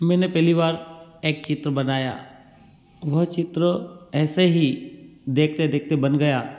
मैंने पहली बार एक चित्र बनाया वह चित्र ऐसे ही देखते देखते बन गया